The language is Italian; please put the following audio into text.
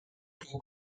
può